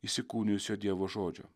įsikūnijusio dievo žodžio